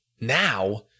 now